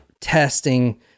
testing